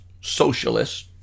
socialists